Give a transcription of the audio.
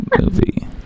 movie